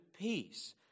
peace